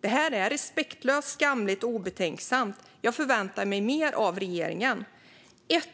Det här är respektlöst, skamligt och obetänksamt. Jag förväntar mig mer av regeringen. Det handlar om